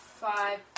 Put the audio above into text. Five